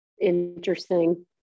interesting